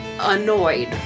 annoyed